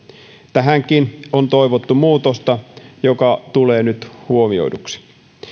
tähänkin on toivottu muutosta joka tulee nyt huomioiduksi